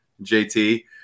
JT